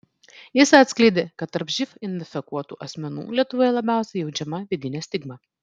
jis atskleidė kad tarp živ infekuotų asmenų lietuvoje labiausiai jaučiama vidinė stigma